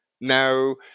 Now